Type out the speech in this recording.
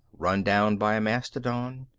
run down by a mastodon.